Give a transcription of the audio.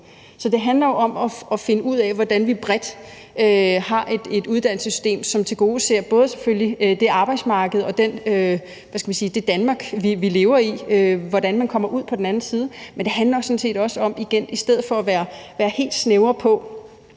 Så det handler jo om at finde ud af, hvordan vi bredt har et uddannelsessystem, som selvfølgelig både tilgodeser det arbejdsmarked og det Danmark, vi lever i, altså hvordan man kommer ud på den anden side, men det handler sådan set også om det med ikke at være helt snævre på